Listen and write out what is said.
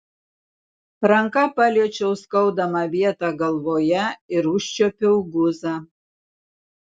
ranka paliečiau skaudamą vietą galvoje ir užčiuopiau guzą